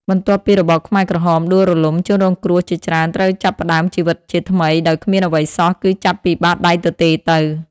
បន្ទាប់ពីរបបខ្មែរក្រហមដួលរលំ ជនរងគ្រោះជាច្រើនត្រូវចាប់ផ្តើមជីវិតជាថ្មីដោយគ្មានអ្វីសោះ គឺចាប់ពីបាតដៃទទេរទៅ។